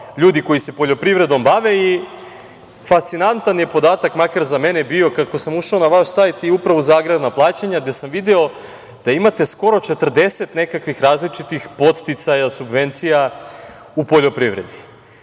ljudi koji se poljoprivredom bave i fascinantan je podatak, makar za mene bio, kako sam ušao na vaš sajt i Upravu za agrarna plaćanja, gde sam video da imate skoro 40 nekakvih različitih podsticaja, subvencija u poljoprivredi. Mislim